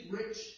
rich